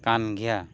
ᱠᱟᱱ ᱜᱮᱭᱟ